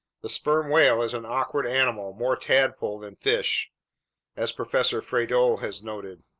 the sperm whale is an awkward animal, more tadpole than fish as professor fredol has noted.